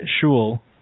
shul